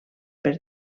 per